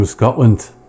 Scotland